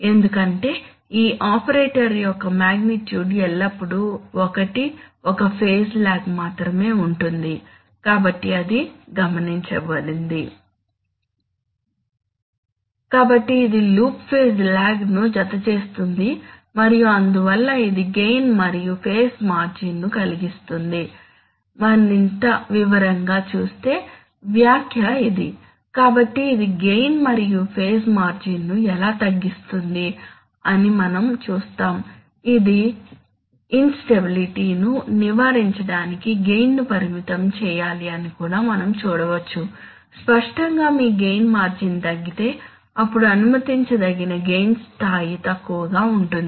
ఎందుకంటే ఈ ఆపరేటర్ యొక్క మాగ్నిట్యూడ్ ఎల్లప్పుడూ ఒకటి ఒక ఫేజ్ లాగ్ మాత్రమే ఉంటుంది కాబట్టి అది గమనించబడింది కాబట్టి ఇది లూప్ ఫేజ్ లాగ్ ను జతచేస్తుంది మరియు అందువల్ల ఇది గెయిన్ మరియు ఫేజ్ మార్జిన్ను తగ్గిస్తుందని మరింత వివరంగా చూసే వ్యాఖ్య ఇది కాబట్టి ఇది గెయిన్ మరియు ఫేజ్ మార్జిన్ను ఎలా తగ్గిస్తుంది అని మనం చూస్తాము అది ఇన్ స్టెబిలిటీ ను నివారించడానికి గెయిన్ ను పరిమితం చేయాలి అని కూడా మనం చూడవచ్చు స్పష్టంగా మీ గెయిన్ మార్జిన్ తగ్గితే అప్పుడు అనుమతించదగిన గెయిన్ స్థాయి తక్కువగా ఉంటుంది